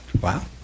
wow